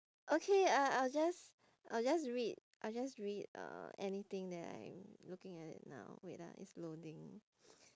okay uh I'll just I'll just read I'll just read uh anything that I am looking at it now wait ah it's loading